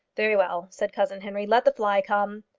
very well, said cousin henry. let the fly come.